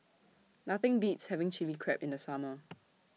Nothing Beats having Chilli Crab in The Summer